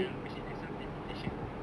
okay ah obviously there's some limitations ah